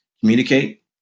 communicate